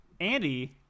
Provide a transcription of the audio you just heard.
Andy